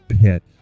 pit